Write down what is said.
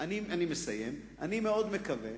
אני מאוד מקווה